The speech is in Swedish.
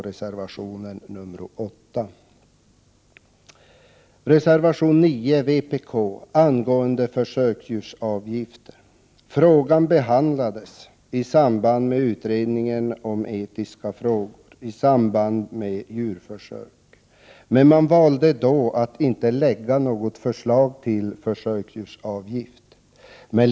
Reservation 9 av vpk gäller försöksdjursavgift. Frågan behandlades av utredningen om etiska frågor i samband med djurförsök, men man valde då att inte lägga fram något förslag till försöksdjursavgift.